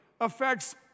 affects